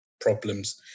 problems